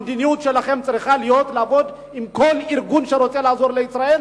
המדיניות שלכם צריכה להיות לעבוד עם כל ארגון שרוצה לעזור לישראל,